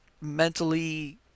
mentally